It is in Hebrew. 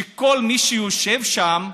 שכל מי שיושב שם,